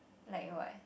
like what